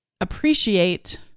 appreciate